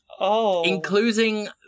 including